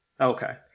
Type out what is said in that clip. Okay